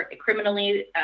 criminally